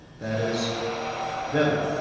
that is deadly.